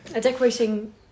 decorating